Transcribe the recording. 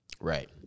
Right